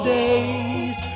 days